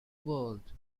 world